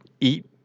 eat